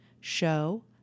Show